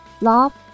love